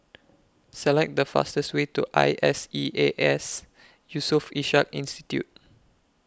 Select The fastest Way to I S E A S Yusof Ishak Institute